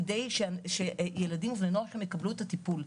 כדי שילדים ובני נוער יקבלו את הטיפול.